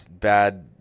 bad